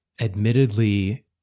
admittedly